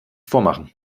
vormachen